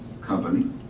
company